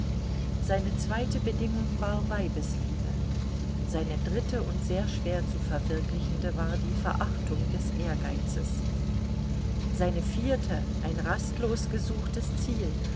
seine zweite bedingung war weibesliebe seine dritte und sehr schwer zu verwirklichende war die verachtung des ehrgeizes seine vierte ein rastlos gesuchtes ziel